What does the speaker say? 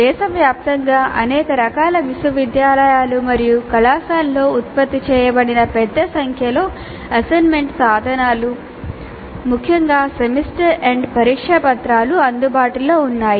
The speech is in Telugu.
దేశవ్యాప్తంగా అనేక రకాల విశ్వవిద్యాలయాలు మరియు కళాశాలలలో ఉత్పత్తి చేయబడిన పెద్ద సంఖ్యలో అసెస్మెంట్ సాధనాలు ముఖ్యంగా సెమిస్టర్ ఎండ్ పరీక్షా పత్రాలు అందుబాటులో ఉన్నాయి